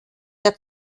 der